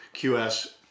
QS